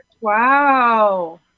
Wow